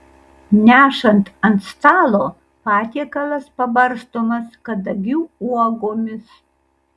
nešant ant stalo patiekalas pabarstomas kadagių uogomis